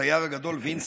הצייר הגדול וינסנט,